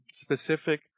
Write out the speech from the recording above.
specific